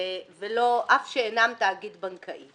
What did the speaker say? אף שאינם תאגיד בנקאי".